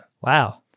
Wow